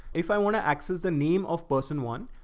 if i want to access the name of person one,